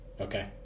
okay